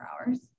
hours